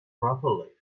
properly